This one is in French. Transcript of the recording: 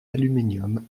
aluminium